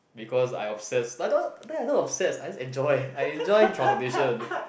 because I upset I thought I thought upset I as enjoy I enjoy transportation